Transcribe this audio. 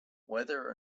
whether